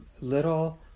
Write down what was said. little